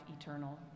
eternal